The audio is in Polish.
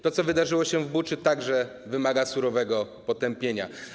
To, co wydarzyło się w Buczy, także wymaga surowego potępienia.